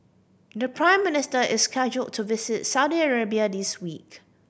the Prime Minister is scheduled to visit Saudi Arabia this week